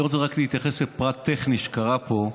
אני רוצה רק להתייחס לפרט טכני שקרה פה,